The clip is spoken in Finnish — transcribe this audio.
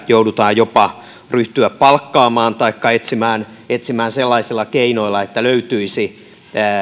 joudutaan jopa ryhtymään palkkaamaan taikka etsimään etsimään sellaisilla keinoilla että löytyisi